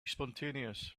spontaneous